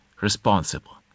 responsible